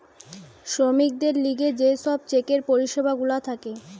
শ্রমিকদের লিগে যে সব চেকের পরিষেবা গুলা থাকে